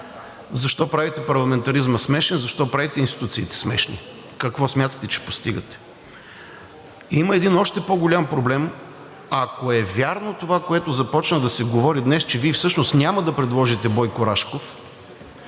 Защо правите парламентаризма смешен, защо правите институциите смешни? Какво смятате, че постигате? Има един още по-голям проблем. Ако е вярно това, което започна да се говори днес, че Вие всъщност няма да предложите Бойко Рашков,